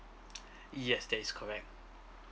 yes that is correct